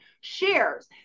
shares